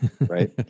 right